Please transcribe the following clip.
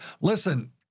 listen